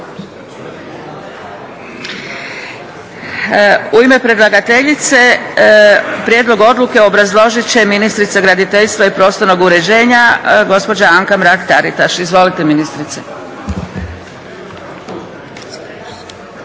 U ime predlagateljice prijedlog odluke obrazložit će ministrica graditeljstva i prostornog uređenja gospođa Anka Mrak Taritaš. Izvolite ministrice.